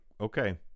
okay